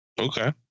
Okay